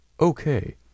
Okay